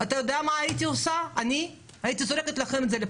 אני אומר לכם, אנחנו נתקן את זה.